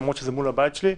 למרות שזה מול הבית שלי,